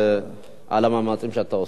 על המאמצים שאתה עושה.